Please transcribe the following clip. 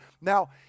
Now